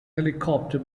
helicopter